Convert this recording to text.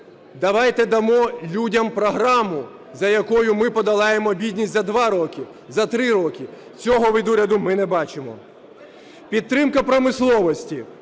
давайте дамо людям програму, за якою ми подолаємо бідність за 2 роки, за 3 роки. Цього від уряду ми не бачимо. Підтримка промисловості.